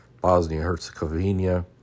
Bosnia-Herzegovina